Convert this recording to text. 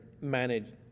manage